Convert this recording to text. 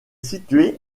situé